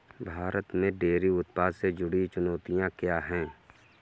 भारत में डेयरी उत्पादन से जुड़ी चुनौतियां क्या हैं?